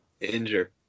Injure